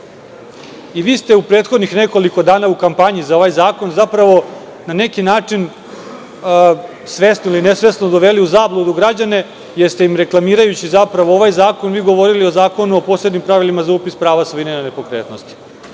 Vi ste u prethodnih nekoliko dana u kampanji za ovaj zakon zapravo na neki način svesno ili nesvesno doveli u zabludu građane, jer ste im reklamirajući zapravo ovaj zakon govorili o Zakonu o posebnim pravilima za upis prava svojine na nepokretnosti.